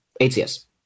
ATS